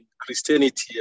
Christianity